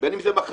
בין אם זה מחר,